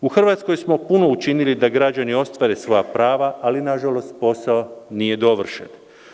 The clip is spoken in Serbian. U Hrvatskoj smo puno učinili da građani ostvare svoja prava, ali nažalost posao nije dovršen.